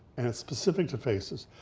specific to faces.